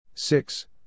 Six